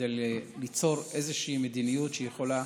כדי ליצור איזושהי מדיניות שיכולה,